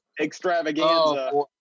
extravaganza